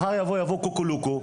מחר יבוא קוקו-לוקו,